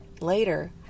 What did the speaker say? Later